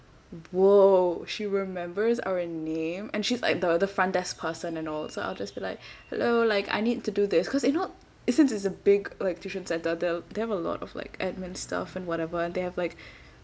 !whoa! she remembers our name and she's like the the front desk person and all so I'll just be like hello like I need to do this because you know since it's a big like tuition centre they they have a lot of like admin stuff and whatever and they have like